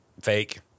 Fake